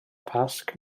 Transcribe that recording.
pasg